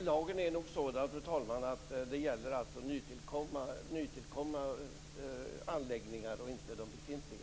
Fru talman! Lagen gäller alltså nytillkomna anläggningar och inte de befintliga.